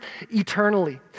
eternally